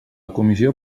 comissió